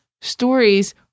Stories